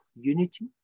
unity